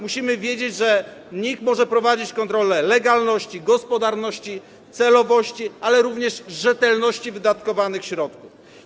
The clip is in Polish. Musimy wiedzieć, że NIK może prowadzić kontrolę legalności, gospodarności, celowości, ale również rzetelności wydatkowanych środków.